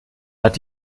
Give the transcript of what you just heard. hat